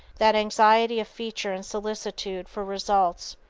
that anxiety of feature and solicitude for results,